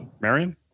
Marion